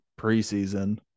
preseason